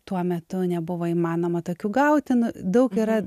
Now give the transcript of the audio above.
tuo metu nebuvo įmanoma tokių gauti nu daug yra